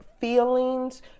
feelings